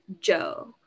joe